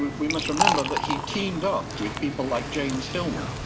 we must remember that he teamed up with people like james hillman.